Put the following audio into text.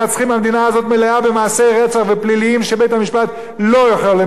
המדינה הזאת מלאה במעשי רצח ופלילים שבית-המשפט לא יכול למנוע.